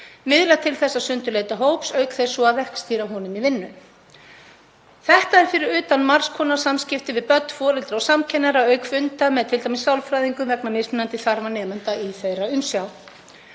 miðla til þessa sundurleita hóps auk þess að verkstýra honum í vinnu. Þetta er fyrir utan margs konar samskipti við börn, foreldra og samkennara auk funda t.d. með sálfræðingum vegna mismunandi þarfa nemenda í þeirra umsjá.